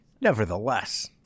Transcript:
Nevertheless